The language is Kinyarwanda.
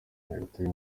nyagatare